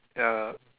ya